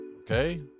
okay